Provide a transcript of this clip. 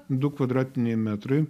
du kvadratiniai metrai